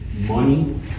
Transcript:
money